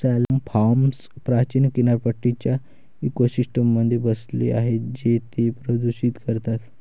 salmon farms प्राचीन किनारपट्टीच्या इकोसिस्टममध्ये बसले आहेत जे ते प्रदूषित करतात